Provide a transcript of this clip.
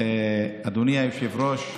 אדוני היושב-ראש,